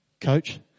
coach